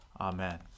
Amen